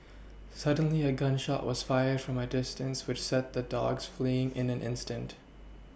suddenly a gun shot was fired from a distance which sent the dogs fleeing in an instant